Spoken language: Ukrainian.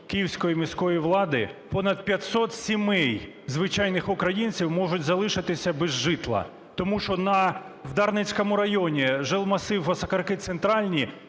Київської міської влади понад 500 сімей звичайних українців можуть залишитися без житла, тому що в Дарницькому районі жилмасив Осокорки-Центральні